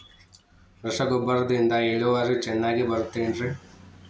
ರಸಗೊಬ್ಬರದಿಂದ ಇಳುವರಿ ಚೆನ್ನಾಗಿ ಬರುತ್ತೆ ಏನ್ರಿ?